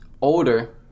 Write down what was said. older